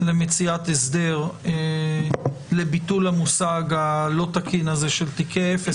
למציאת הסדר לביטול המושג הלא תקין הזה של תיקי אפס,